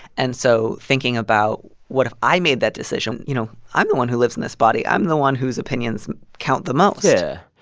and so thinking about what if i made that decision? you know, i'm the one who lives in this body. i'm the one whose opinions count the most yeah.